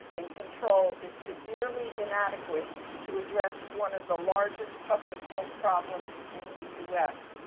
and control is severely inadequate to address one of the largest public health problems in the u s.